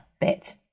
bit